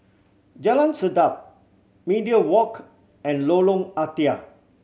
Jalan Sedap Media Walk and Lorong Ah Thia